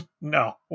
no